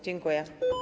Dziękuję.